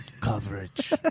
coverage